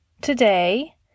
today